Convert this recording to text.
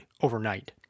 overnight